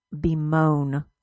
bemoan